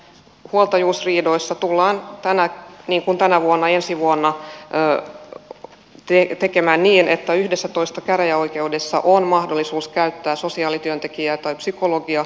huoltajuusriidoissa tullaan ensi vuonna tekemään niin että yhdessätoista käräjäoikeudessa on mahdollisuus käyttää sosiaalityöntekijää tai psykologia huoltajuusriidoissa